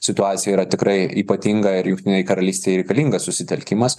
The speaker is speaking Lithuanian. situacija yra tikrai ypatinga ir jungtinei karalystei reikalingas susitelkimas